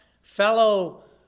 fellow